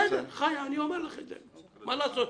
בסדר, חיה, אני אומר לך את זה מה לעשות?